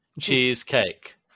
Cheesecake